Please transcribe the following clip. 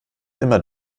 immer